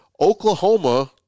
Oklahoma